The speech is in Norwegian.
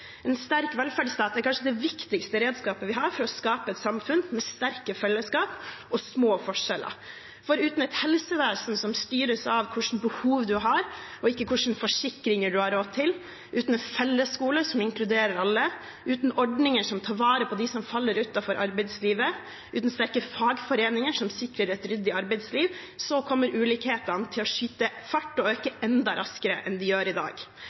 En sterk velferdsstat er kanskje det viktigste redskapet vi har for å skape et samfunn med sterke fellesskap og små forskjeller. Uten et helsevesen som styres av hva slags behov man har og ikke hva slags forsikringer man har råd til, uten en fellesskole som inkluderer alle, uten ordninger som tar vare på dem som faller utenfor arbeidslivet, uten sterke fagforeninger som sikrer et ryddig arbeidsliv, kommer ulikhetene til å skyte fart og øke enda raskere enn de gjør i dag.